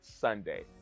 Sunday